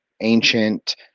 ancient